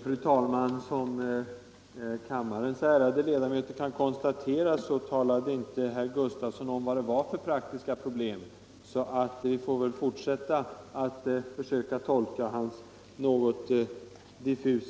Fru talman! Som kammarens ärade ledamöter kan konstatera talade herr Gustavsson i Eskilstuna inte om vad det var för praktiska problem, så vi får väl fortsätta att försöka tolka hans